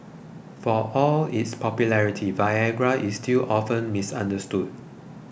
for all its popularity Viagra is still often misunderstood